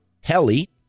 heli